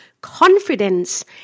confidence